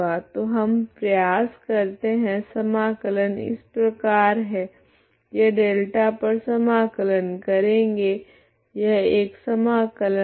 तो हम प्रयास करते है समाकलन इस प्रकार है यह डेल्टा पर समाकलन करेगे यह एक समाकलन